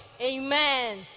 Amen